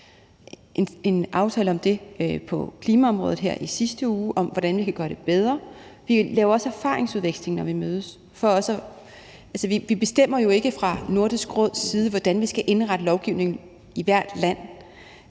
en aftale om det på klimaområdet her i sidste uge, altså om, hvordan vi kan gøre det bedre. Vi laver også erfaringsudveksling, når vi mødes. Altså, vi bestemmer jo ikke fra Nordisk Råds side, hvordan vi skal indrette lovgivningen i hvert land;